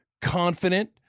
confident